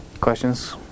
Questions